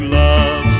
love